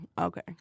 Okay